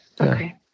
Okay